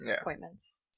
appointments